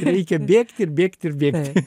reikia bėgt ir bėgt ir bėgti